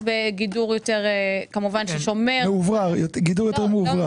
גידור שיותר שומר --- גידור יותר מאוורר.